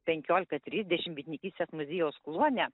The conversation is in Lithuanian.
penkiolika trisdešim bitininkystės muziejaus kluone